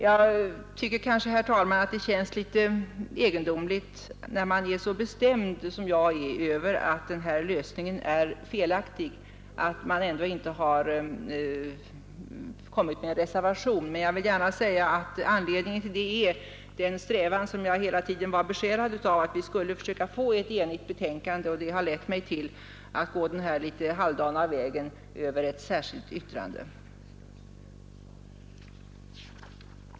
Det verkar kanske litet egendomligt, herr talman, när man är så bestämt övertygad som jag är om att den här lösningen är felaktig, att jag ändå inte har avgett någon reservation. Jag vill gärna säga att anledningen till det är den strävan, som jag hela tiden varit besjälad av, att vi skulle försöka få ett enhälligt betänkande. Den har alltså lett mig till att gå den här litet halvdana vägen över ett särskilt yttrande.